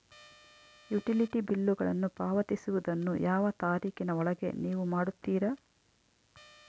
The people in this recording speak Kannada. ಯುಟಿಲಿಟಿ ಬಿಲ್ಲುಗಳನ್ನು ಪಾವತಿಸುವದನ್ನು ಯಾವ ತಾರೇಖಿನ ಒಳಗೆ ನೇವು ಮಾಡುತ್ತೇರಾ?